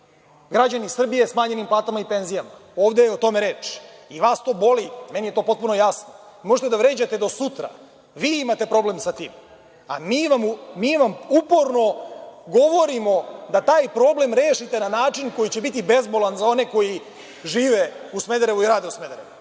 građani Srbije smanjenim platama i penzijama. Ovde je o tome reč. I vas to boli, meni je to potpuno jasno. Možete da vređate do sutra, ali vi imate problem sa tim. A mi vam uporno govorimo da taj problem rešite na način koji će biti bezbolan za one koji žive i rade u Smederevu.